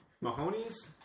Mahoney's